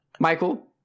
Michael